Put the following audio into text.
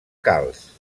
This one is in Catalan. calç